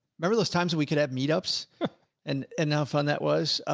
remember those times when we could have meetups and and now find that was, ah,